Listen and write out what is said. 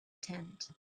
tent